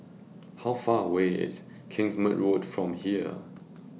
How Far away IS Kingsmead Road from here